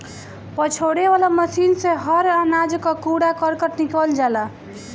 पछोरे वाला मशीन से हर अनाज कअ कूड़ा करकट निकल जाला